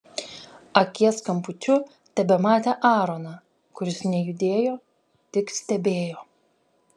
akies kampučiu tebematė aaroną kuris nejudėjo tik stebėjo